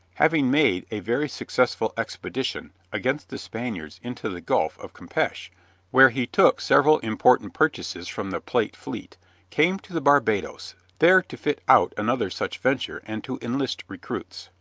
having made a very successful expedition against the spaniards into the gulf of campeche where he took several important purchases from the plate fleet came to the barbados, there to fit out another such venture, and to enlist recruits.